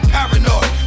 Paranoid